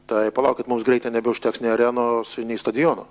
tai palaukit mums greitai nebeužteks nei arenos nei stadiono